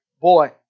boy